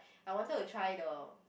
I wanted to try the